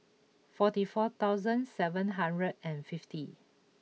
forty four thousand seven hundred and fifty